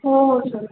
हो हो सर